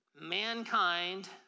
mankind